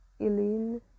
Eileen